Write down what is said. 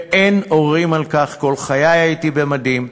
ואין עוררין על כך, כל חיי הייתי במדים.